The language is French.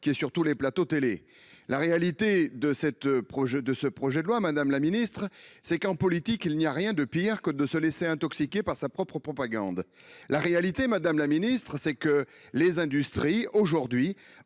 qui est sur tous les plateaux de télévision. La réalité de ce projet de loi, madame la ministre, c’est qu’en politique il n’y a rien de pire que de se laisser intoxiquer par sa propre propagande. La réalité, madame la ministre, c’est qu’aujourd’hui